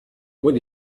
when